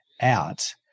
out